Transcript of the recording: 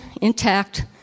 intact